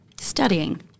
Studying